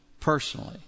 personally